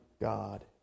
God